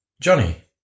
Johnny